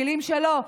מילים שלו,